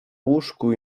łóżku